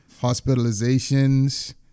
hospitalizations